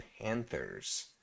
Panthers